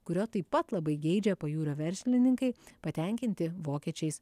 kurio taip pat labai geidžia pajūrio verslininkai patenkinti vokiečiais